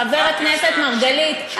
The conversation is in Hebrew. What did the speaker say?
חבר הכנסת מרגלית,